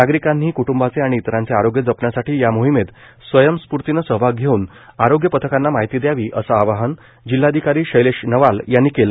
नागरिकांनीही कुटुंबांचे आणि इतरांचे आरोग्य जपण्यासाठी या मोहिमेत स्वयंस्फूर्तीने सहभाग घेऊन आरोग्य पथकांना माहिती द्यावी असे आवाहन जिल्हाधिकारी शैलेश नवाल यांनी केले